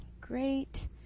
Great